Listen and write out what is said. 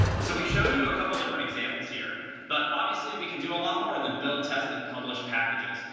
so we've shown you a couple of different examples here, but obviously, we can do a lot more than build, test, and publish packages.